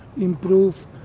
improve